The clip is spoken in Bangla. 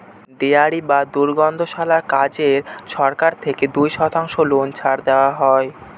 ডেয়ারি বা দুগ্ধশালার কাজে সরকার থেকে দুই শতাংশ লোন ছাড় দেওয়া হয়